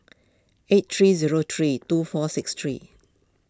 eight three zero three two four six three